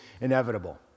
inevitable